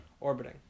orbiting